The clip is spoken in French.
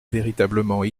véritablement